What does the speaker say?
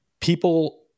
People